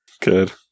Good